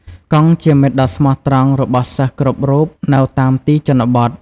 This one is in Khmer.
កង់ជាមិត្តដ៏ស្មោះត្រង់របស់សិស្សគ្រប់រូបនៅតាមទីជនបទ។